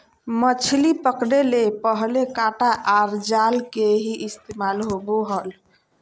मछली पकड़े ले पहले कांटा आर जाल के ही इस्तेमाल होवो हल